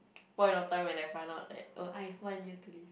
point of time when I find out that oh I have one year to live